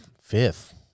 fifth